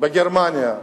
בגרמניה,